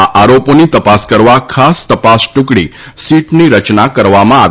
આ આરોપોની તપાસ કરવા ખાસ તપાસ ટુકડી સીટની રચના કરવામાં આવી છ